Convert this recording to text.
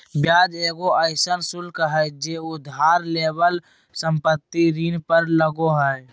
ब्याज एगो अइसन शुल्क हइ जे उधार लेवल संपत्ति ऋण पर लगो हइ